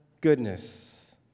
goodness